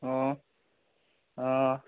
অঁ অঁ